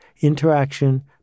interaction